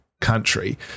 country